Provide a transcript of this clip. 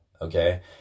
okay